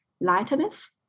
lightness